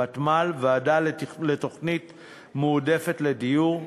ותמ"ל, ועדה לתוכנית מועדפת לדיור.